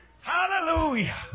Hallelujah